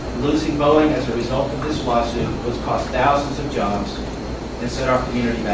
losing boeing as a result of this lawsuit would cost thousands of jobs and set our community